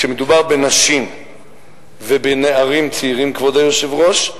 כשמדובר בנשים ובנערים צעירים, כבוד היושב-ראש,